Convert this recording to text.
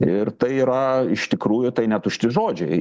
ir tai yra iš tikrųjų tai netušti žodžiai